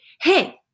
Hey